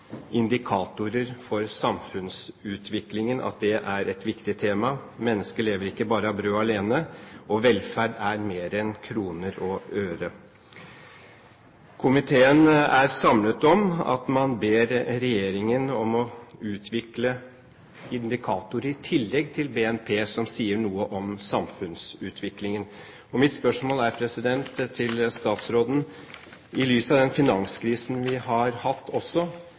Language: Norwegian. indikatorer for samfunnsutviklingen er et viktig tema. Mennesket lever ikke av brød alene, velferd er mer enn kroner og øre. Komiteen står samlet om at man ber regjeringen om å utvikle indikatorer, i tillegg til BNP, som sier noe om samfunnsutviklingen. Mitt spørsmål til statsråden er: I lys av den finanskrisen vi har hatt,